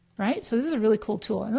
right? so this is a really cool tool.